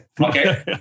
Okay